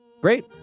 great